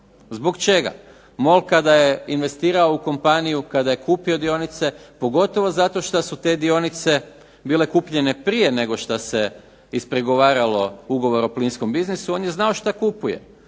Zbog čega? MOL kada je investirao u kompaniju, kada je kupio dionice, pogotovo zato što su te dionice bile kupljene prije nego što se ispregovaralo ugovor o plinskom biznisu, on je znao što kupuje.